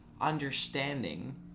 understanding